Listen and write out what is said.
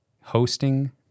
hosting